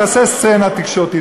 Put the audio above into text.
תעשה סצנה תקשורתית,